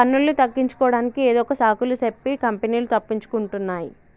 పన్నులను తగ్గించుకోడానికి ఏదొక సాకులు సెప్పి కంపెనీలు తప్పించుకుంటున్నాయ్